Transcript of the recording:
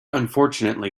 unfortunately